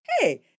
hey